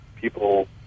people